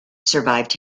survived